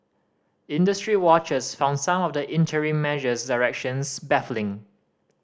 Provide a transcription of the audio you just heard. industry watchers found some of the interim measures directions baffling